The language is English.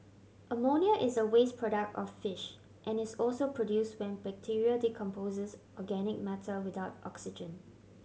ammonia is a waste product of fish and is also produce when bacteria decomposes organic matter without oxygen